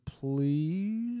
please